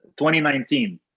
2019